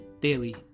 Daily